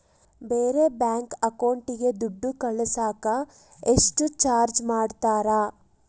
ಬೇರೆ ಬ್ಯಾಂಕ್ ಅಕೌಂಟಿಗೆ ದುಡ್ಡು ಕಳಸಾಕ ಎಷ್ಟು ಚಾರ್ಜ್ ಮಾಡತಾರ?